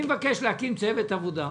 אני מבקש להקים צוות עבודה.